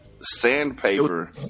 sandpaper